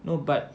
no but